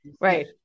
right